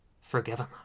forgiven